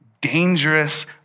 dangerous